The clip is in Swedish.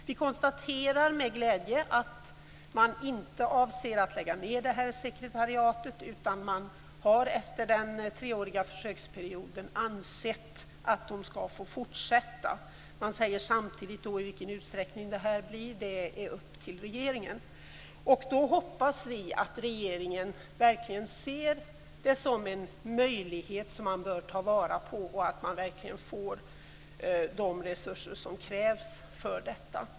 Vi konstaterar med glädje att man inte avser att lägga ned sekretariatet, utan att man efter den treåriga försöksperioden anser att det skall få fortsätta. Samtidigt säger man att det är upp till regeringen i vilken utsträckning det skall handla om. Vi kristdemokrater hoppas att regeringen verkligen ser detta som en möjlighet att ta vara på, och att sekretariatet får de resurser som krävs.